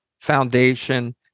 foundation